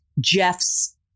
Jeff's